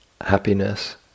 happiness